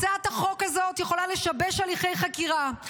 הצעת החוק הזאת יכולה לשבש הליכי חקירה,